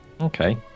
Okay